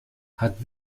hat